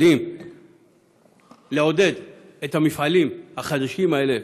יודעים לעודד את המפעלים החדשים האלה?